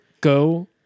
go